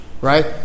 right